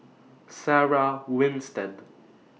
Sarah Winstedt